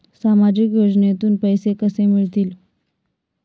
सामाजिक योजनेतून पैसे कसे मिळतील?